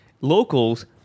locals